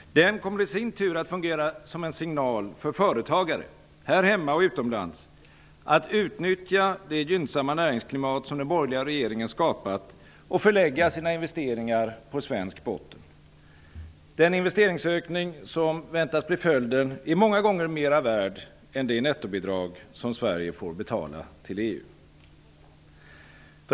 Den i sin tur kommer att fungera som en signal för företagare -- här hemma och utomlands -- när det gäller att utnyttja det gynnsamma näringsklimat som den borgerliga regeringen har skapat och att förlägga investeringar på svensk botten. Den investeringsökning som väntas bli följden är många gånger mera värd än det nettobidrag som Sverige får betala till EU.